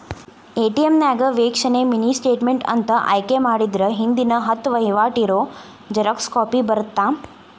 ATM ನ್ಯಾಗ ವೇಕ್ಷಣೆ mini statement ಅಂತ ಆಯ್ಕೆ ಮಾಡಿದ್ರ ಹಿಂದಿನ ಹತ್ತ ವಹಿವಾಟ್ ಇರೋ ಜೆರಾಕ್ಸ್ ಕಾಪಿ ಬರತ್ತಾ